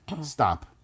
Stop